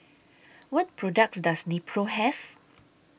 What products Does Nepro Have